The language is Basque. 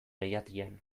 leihatilan